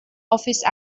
office